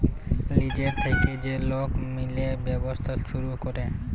লিজের থ্যাইকে যে লক মিলে ব্যবছা ছুরু ক্যরে